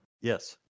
Yes